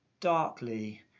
darkly